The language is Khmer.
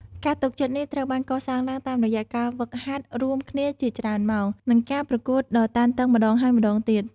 ការទុកចិត្តនេះត្រូវបានកសាងឡើងតាមរយៈការហ្វឹកហាត់រួមគ្នាជាច្រើនម៉ោង និងការប្រកួតដ៏តានតឹងម្តងហើយម្តងទៀត។